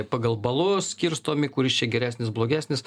pagal balus skirstomi kuris čia geresnis blogesnis